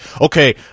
okay